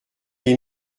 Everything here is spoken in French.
des